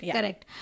Correct